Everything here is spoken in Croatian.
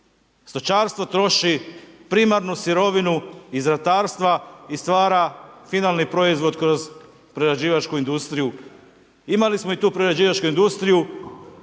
Stočarstvo troši primarnu sirovinu iz ratarstva i stvara finalni proizvod kroz prerađivačku industriju. Imali smo tu prerađivačku industriju,